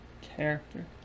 Character